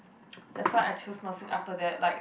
that's why I choose nursing after that like